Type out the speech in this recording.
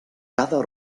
cada